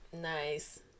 Nice